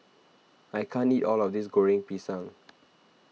I can't eat all of this Goreng Pisang